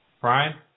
Brian